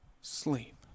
Sleep